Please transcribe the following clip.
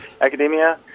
academia